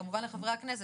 וכמובן לחברי הכנסת.